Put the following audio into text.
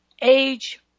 age